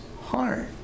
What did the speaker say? heart